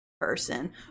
person